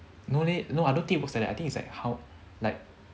no leh no I don't think it works like that I think it's like how like